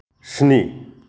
स्नि